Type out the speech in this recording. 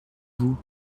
vous